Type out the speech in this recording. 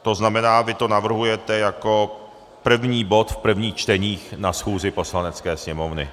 To znamená, vy to navrhujete jako první bod v prvních čteních na schůzi Poslanecké sněmovny.